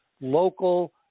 local